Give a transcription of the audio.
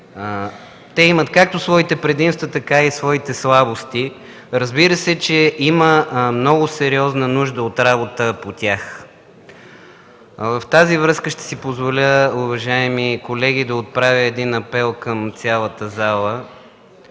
те имат както своите предимства, така и своите слабости. Разбира се, че има много сериозна нужда от работа по тях. В тази връзка ще си позволя, уважаеми колеги, да отправя един апел към цялата зала.